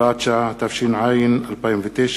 הוראת שעה), התש"ע 2009,